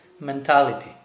mentality